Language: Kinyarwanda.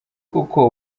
koko